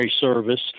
service